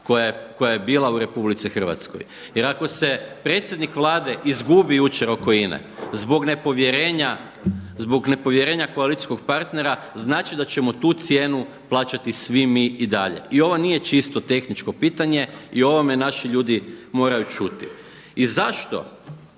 koja je bila u RH. Jer ako se predsjednik Vlade izgubi jučer oko INA-e zbog nepovjerenja, zbog nepovjerenja koalicijskog partnera znači da ćemo tu cijenu plaćati svi mi i dalje. I ovo nije čisto tehničko pitanje i o ovome naši ljudi moraju čuti. I zašto